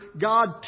God